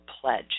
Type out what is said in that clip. pledge